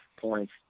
points